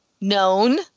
known